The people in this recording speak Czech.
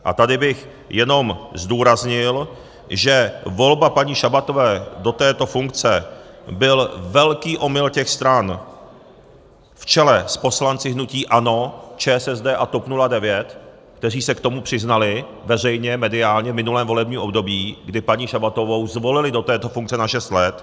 A tady bych jenom zdůraznil, že volba paní Šabatové do této funkce byl velký omyl těch stran v čele s poslanci hnutí ANO, ČSSD a TOP 09, kteří se k tomu přiznali veřejně, mediálně, v minulém volebním období, kdy paní Šabatovou zvolili do této funkce na šest let.